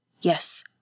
Yes